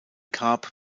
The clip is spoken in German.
grab